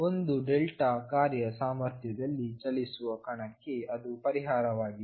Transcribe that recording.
ಒಂದು ಕಾರ್ಯ ಸಾಮರ್ಥ್ಯದಲ್ಲಿ ಚಲಿಸುವ ಕಣಕ್ಕೆ ಅದು ಪರಿಹಾರವಾಗಿದೆ